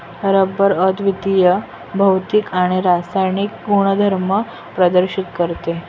rubber अद्वितीय भौतिक आणि रासायनिक गुणधर्म प्रदर्शित करते